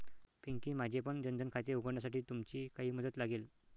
पिंकी, माझेपण जन धन खाते उघडण्यासाठी तुमची काही मदत लागेल